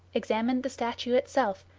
examined the statue itself,